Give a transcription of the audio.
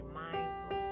mindful